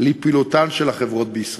של פעילות החברות בישראל.